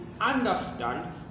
understand